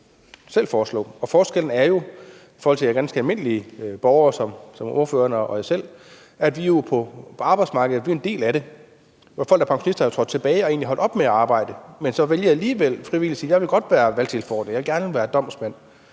selv foreslå? Forskellen i forhold til ganske almindelige borgere som ordføreren og mig selv er jo, at vi er på arbejdsmarkedet; vi er en del af det. Men folk, der er pensionister, er jo trådt tilbage og er egentlig holdt op med at arbejde, men vælger så alligevel frivilligt at sige: Jeg vil gerne være valgtilforordnet, jeg vil gerne være domsmand.